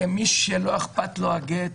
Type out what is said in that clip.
הרי מי שלא אכפת לו מהגט